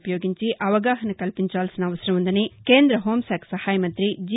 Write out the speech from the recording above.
ఉపయోగించి అవగాహన కల్పించాల్సిన అవసరం ఉందని కేంద్ర హోంశాఖ సహాయ మంత్రి జి